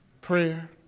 prayer